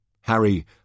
Harry